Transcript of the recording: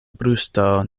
brusto